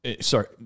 Sorry